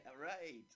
right